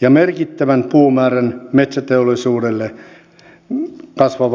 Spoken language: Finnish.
ja merkittävän puumäärän metsäteollisuudelle kasvavalle puun käytölle